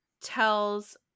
tells